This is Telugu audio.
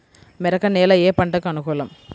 మెరక నేల ఏ పంటకు అనుకూలం?